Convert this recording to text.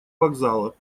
вокзала